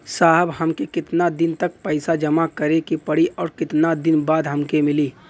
साहब हमके कितना दिन तक पैसा जमा करे के पड़ी और कितना दिन बाद हमके मिली?